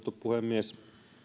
puhemies